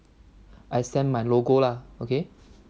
I send my logo lah okay